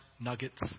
nuggets